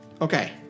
Okay